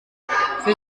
für